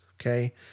okay